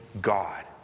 God